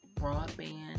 broadband